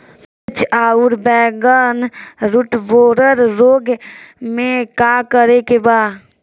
मिर्च आउर बैगन रुटबोरर रोग में का करे के बा?